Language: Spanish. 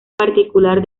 particular